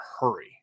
hurry